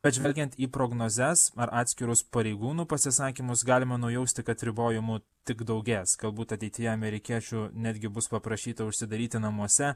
bet žvelgiant į prognozes ar atskirus pareigūnų pasisakymus galima nujausti kad ribojimų tik daugės galbūt ateityje amerikiečių netgi bus paprašyta užsidaryti namuose